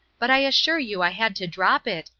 but i assure you i had to drop it,